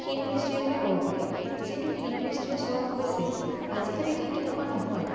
হীন দৃষ্টিৰেই বুলি ক'ব পাৰি এই যিটো হীন দৃষ্টিৰে চোৱা হৈছিল আজিকালি ঠিক তেনেকুৱা নহয়